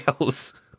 else